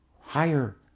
higher